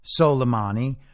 Soleimani